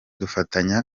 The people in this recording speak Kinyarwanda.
dufatanye